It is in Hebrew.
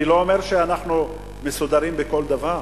אני לא אומר שאנחנו מסודרים בכל דבר,